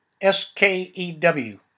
S-K-E-W